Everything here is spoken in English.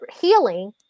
healing